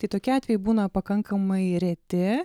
tai tokie atvejai būna pakankamai reti